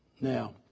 Now